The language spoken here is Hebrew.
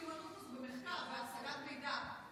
מיומנות במחקר, בהשגת מידע.